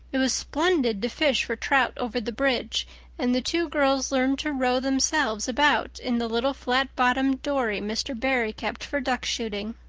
it was splendid to fish for trout over the bridge and the two girls learned to row themselves about in the little flat-bottomed dory mr. barry kept for duck shooting.